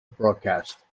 broadcast